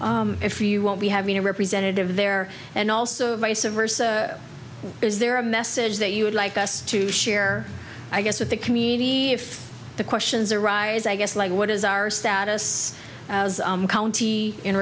loop if you won't be having a representative there and also vice a versa is there a message that you would like us to share i guess at the community if the questions arise i guess like what is our status as county in